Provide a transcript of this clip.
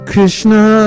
Krishna